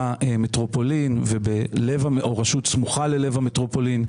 מטרופולין או רשות סמוכה ללב המטרופולין,